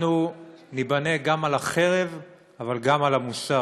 אנחנו ניבנה גם על החרב אבל גם על המוסר.